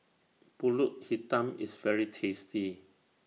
Pulut Hitam IS very tasty